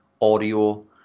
audio